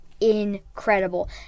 incredible